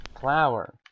Flower